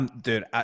Dude